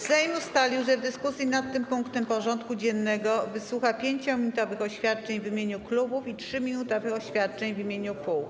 Sejm ustalił, że w dyskusji nad tym punktem porządku dziennego wysłucha 5-minutowych oświadczeń w imieniu klubów i 3-minutowych oświadczeń w imieniu kół.